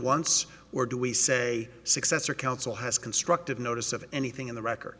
once or do we say successor council has constructive notice of anything in the record